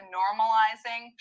normalizing